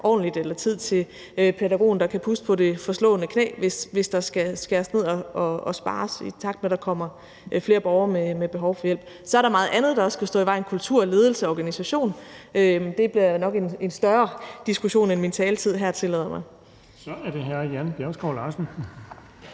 ordentligt, eller tid til, at pædagogen kan puste på det forslåede knæ, hvis der skal skæres ned og spares, i takt med at der kommer flere borgere med behov for hjælp. Så er der meget andet, der også kunne stå i vejen: kultur og ledelse og organisation. Det bliver nok en større diskussion, end min taletid her tillader mig.